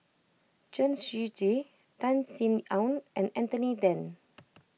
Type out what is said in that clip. Chen Shiji Tan Sin Aun and Anthony then